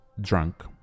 drunk